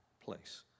place